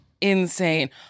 insane